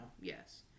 Yes